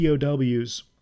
POWs